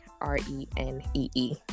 R-E-N-E-E